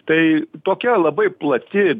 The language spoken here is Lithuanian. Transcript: tai tokia labai plati